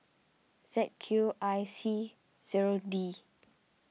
Z Q I C zero D